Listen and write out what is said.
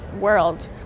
world